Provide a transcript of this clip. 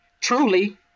truly